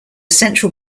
central